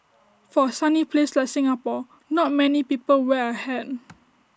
for A sunny place like Singapore not many people wear A hat